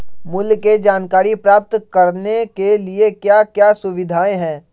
मूल्य के जानकारी प्राप्त करने के लिए क्या क्या सुविधाएं है?